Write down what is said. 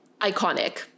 Iconic